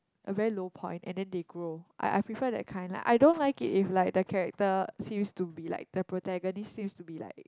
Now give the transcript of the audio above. a very low point and then they grow I I prefer that kind like I don't like it if like character seems to be like the protagonist seems to be like